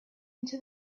into